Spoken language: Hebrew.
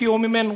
הפקיעו ממנו.